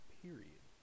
period